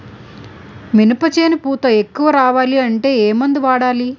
మినప చేను పూత ఎక్కువ రావాలి అంటే ఏమందు వాడాలి?